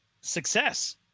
success